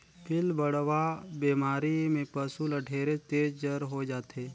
पिलबढ़वा बेमारी में पसु ल ढेरेच तेज जर होय जाथे